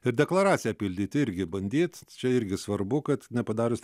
ir deklaraciją pildyti irgi bandyt čia irgi svarbu kad nepadarius